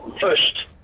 First